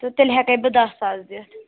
تہٕ تیٚلہِ ہٮ۪کَے بہٕ دَہ ساس دِتھ